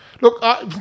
Look